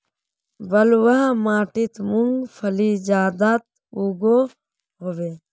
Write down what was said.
बलवाह माटित मूंगफली ज्यादा उगो होबे?